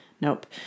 Nope